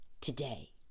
today